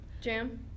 Jam